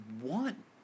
want